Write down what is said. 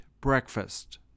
breakfast